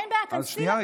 אין בעיה, תיכנסי לתא,